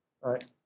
right